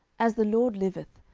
as the lord liveth,